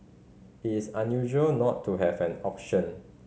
it is unusual not to have an auction